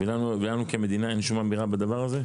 ולנו כמדינה אין שום אמירה בדבר הזה?